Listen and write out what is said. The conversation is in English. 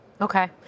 Okay